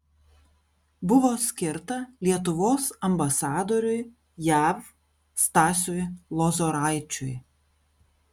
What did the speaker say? buvo skirta lietuvos ambasadoriui jav stasiui lozoraičiui